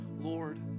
Lord